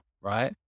right